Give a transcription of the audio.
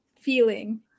feeling